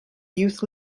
youth